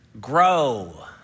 grow